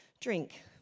drink